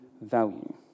value